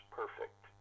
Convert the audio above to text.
perfect